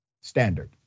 standard